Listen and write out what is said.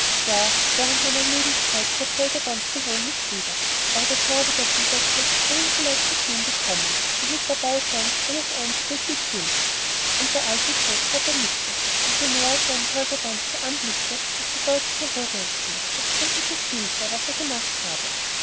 während meiner lebenszeit kehrt holger danske wohl nicht wieder aber der knabe dort im bette kann ihn vielleicht zu sehen bekommen und mit dabei sein wenn es einst wirklich gilt und der alte großvater nickte und je mehr er seinen holger danske anblickte desto deutlicher wurde es ihm daß es ein gutes bild sei was er gemacht habe